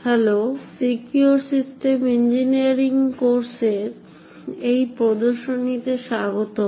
hello secure system engineering এর কোর্সে এই প্রদর্শনীতে স্বাগতম